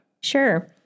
Sure